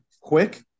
quick